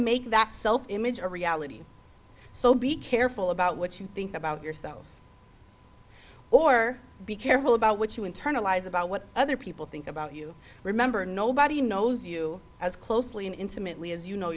make that self image a reality so be careful about what you think about yourself or be careful about what you internalize about what other people think about you remember nobody knows you as closely and intimately as you know